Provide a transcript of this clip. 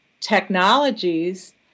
technologies